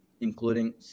including